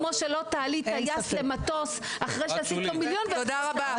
כמו שלא תעלי טייס למטוס אחרי --- תודה רבה.